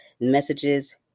Messages